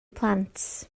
plant